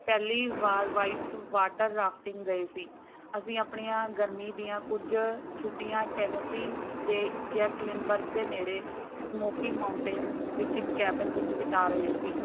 ਪਹਿਲੀ ਵਾਰ white water rafting ਗਏ ਸੀ ਅਸੀਂ ਆਪਣੀਆਂ ਗਰਮੀ ਦੀਆਂ ਕੁਝ ਛੁੱਟੀਆਂ ਟੈਨਸੀ ਦੇ ਗੈਟਲਿਨਬਰਗ ਦੇ ਨੇੜੇ ਸਮੋਕੀ ਮਾਊਂਟੇਨਸ ਵਿੱਚ ਕੈਬਨ ਵਿੱਚ ਬਿਤਾ ਰਹੇ ਸੀ